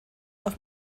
auf